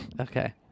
okay